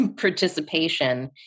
participation